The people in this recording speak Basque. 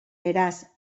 beraz